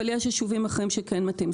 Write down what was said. אבל יש יישובים אחרים שכן מתאימים.